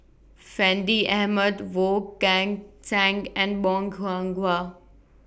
Fandi Ahmad Wong Kan Seng and Bong Hiong Hwa